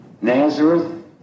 Nazareth